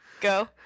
Go